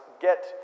get